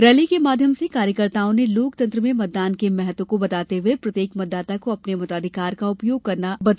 rally के माध्यम से कार्यकर्ताओं ने लोकतंत्र में मतदान के महत्व को बताते हुए कहा कि प्रत्येक मतदाता को अपने मताधिकार का उपयोग करना चाहिए